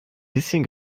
bisschen